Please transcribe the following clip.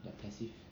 they're passive